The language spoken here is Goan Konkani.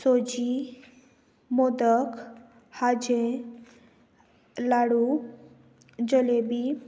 सोजी मोदक खाजें लाडू जलेबी